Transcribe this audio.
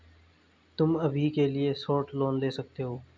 तुम अभी के लिए शॉर्ट लोन ले सकते हो